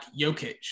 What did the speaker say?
Jokic